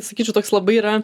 sakyčiau toks labai yra